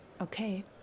Okay